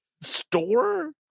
store